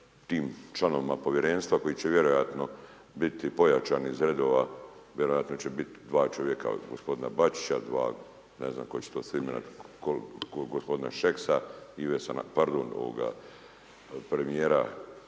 tim članovima povjerenstva koji će vjerojatno biti pojačani iz redova, vjerojatno će biti 2 čovjeka od g. Bačića, 2 ne znam ko će to sve imenovat, kod g. Šeksa i Ive, pardon, premjera